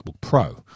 Pro